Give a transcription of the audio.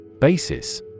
Basis